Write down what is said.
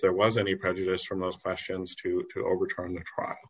there was any prejudice from those questions to to overturn the trial